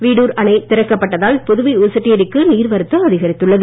வீடூர் அணை திறக்கப்பட்டதால் புதுவை ஊசுட்டேரிக்கு நீர்வரத்து அதிகரித்துள்ளது